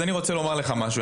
אז אני רוצה לומר לך משהו.